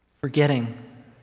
forgetting